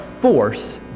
force